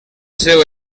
seu